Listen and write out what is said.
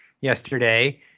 yesterday